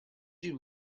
you